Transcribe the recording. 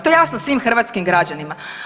To je jasno svim hrvatskim građanima.